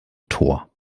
tor